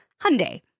Hyundai